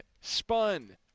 Spun